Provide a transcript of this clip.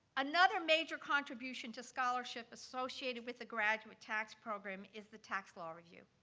another major contribution to scholarship associated with the graduate tax program is the tax law review,